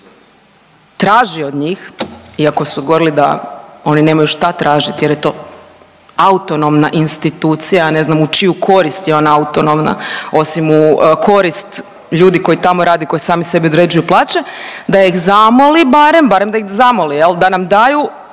traži od njih, iako su govorili da oni nemaju šta tražiti jer je to autonomna institucija, ja ne znam u čiju korist je ona autonomna osim u korist ljudi koji tamo rade, koji sami sebi određuju plaće, da ih zamoli barem, barem da ih zamoli jel da nam daju